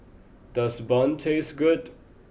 does Bun taste good